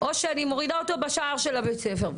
או שאני מורידה אותו בשער של בית הספר.